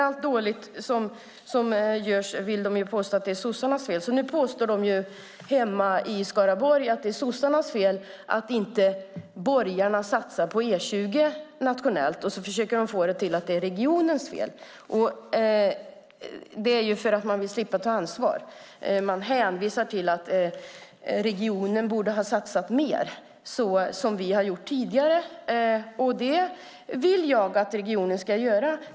Allt dåligt som görs vill de påstå är sossarnas fel, så nu påstår de hemma i Skaraborg att det är sossarnas fel att inte borgarna satsar på E20 nationellt och försöker få det till att det är regionens fel. Det gör man för att man vill slippa ta ansvar. Man hänvisar till att regionen borde ha satsat mer, som vi har gjort tidigare, och det vill jag att regionen ska göra.